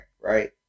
right